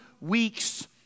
weeks